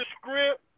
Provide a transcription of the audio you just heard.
script